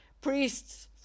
priests